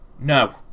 No